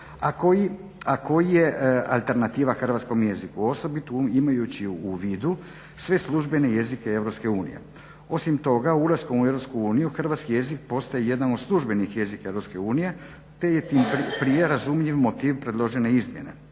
a koja je alternativa hrvatskom jeziku osobito imajući u vidu sve službene jezike EU. Osim toga ulaskom u EU hrvatski jezik postaje jedan od službenih jezika EU te je tim prije nerazumljiv motiv predložene izmjene.